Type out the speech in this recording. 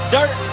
Dirt